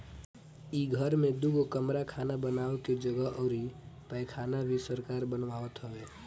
इ घर में दुगो कमरा खाना बानवे के जगह अउरी पैखाना भी सरकार बनवावत हवे